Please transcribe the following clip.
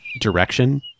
direction